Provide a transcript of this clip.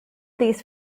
these